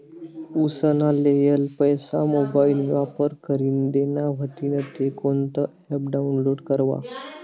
उसना लेयेल पैसा मोबाईल वापर करीन देना व्हतीन ते कोणतं ॲप डाऊनलोड करवा?